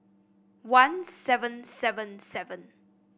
one seven seven seven